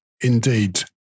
Indeed